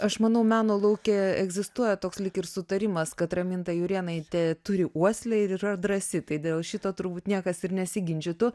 aš manau meno lauke egzistuoja toks lyg ir sutarimas kad raminta jurėnaitė turi uoslę ir yra drąsi tai dėl šito turbūt niekas ir nesiginčytų